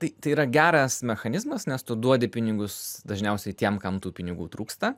tai yra geras mechanizmas nes tu duodi pinigus dažniausiai tiem kam tų pinigų trūksta